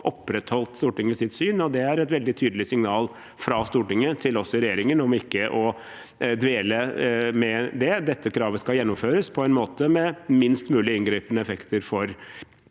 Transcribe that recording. opprettholdt Stortinget sitt syn. Det er et veldig tydelig signal fra Stortinget til oss i regjeringen om ikke å dvele ved det. Kravet skal gjennomføres på en måte som gir minst mulig inngripende effekter for